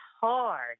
hard